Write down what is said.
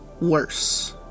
worse